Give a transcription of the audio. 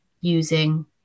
using